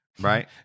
Right